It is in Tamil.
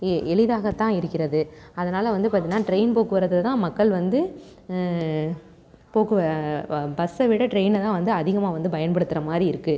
ஏ எளிதாகத்தான் இருக்கிறது அதனால் வந்து பாத்திங்கனா ட்ரெயின் போக்குவரத்தை தான் மக்கள் வந்து போக்குவ பஸ்ஸை விட ட்ரெயினில் தான் வந்து அதிகமாக வந்து பயன்படுத்துகிற மாதிரி இருக்குது